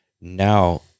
now